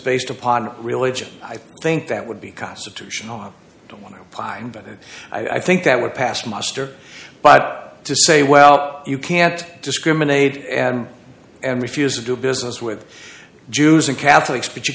based upon religion i think that would be constitutional i don't want to imply that it i think that would pass muster but to say well you can't discriminate and and refuse to do business with jews and catholics but you